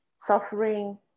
suffering